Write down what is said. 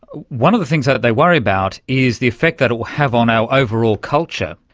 one of the things that they worry about is the effect that it will have on our overall culture.